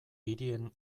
hirien